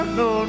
no